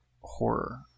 horror